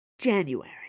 January